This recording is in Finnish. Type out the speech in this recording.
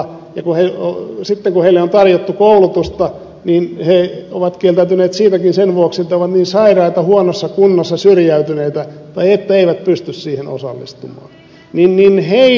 ja sitten kun heille on tarjottu koulutusta niin he ovat kieltäytyneet siitäkin sen vuoksi että ovat niin sairaita huonossa kunnossa syrjäytyneitä että eivät pysty siihen osallistumaan